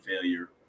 failure